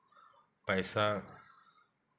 पैसा